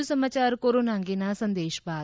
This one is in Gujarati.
વધુ સમાચાર કોરોના અંગેના સંદેશ બાદ